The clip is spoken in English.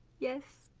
yes.